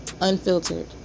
unfiltered